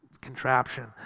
contraption